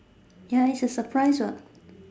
ya it's a surprise what